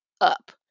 up